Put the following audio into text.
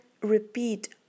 repeat